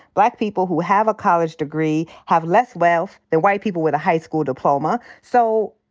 black people who have a college degree have less wealth than white people with a high school diploma. so,